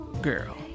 Girl